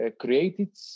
created